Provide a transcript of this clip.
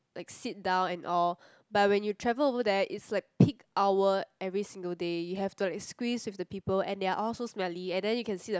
like seat down and all but when you travel over there it's like peak hour every single day you have to like squeeze with the people and they are all so smelly and then you can see the